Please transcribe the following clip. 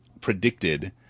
predicted